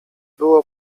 było